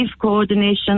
coordination